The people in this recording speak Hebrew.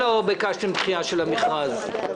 לבין ייצור ורכש גומלין במדינת ישראל,